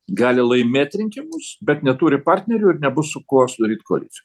gali laimėt rinkimus bet neturi partnerių ir nebus su kuo sudaryt koalic